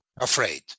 afraid